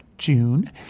june